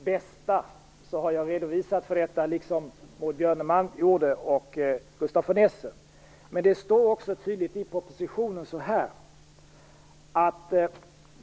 Herr talman! När det gäller barnets bästa har jag redan redovisat detta, liksom även Maud Björnemalm och Gustaf von Essen gjort.